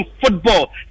football